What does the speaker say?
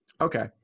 Okay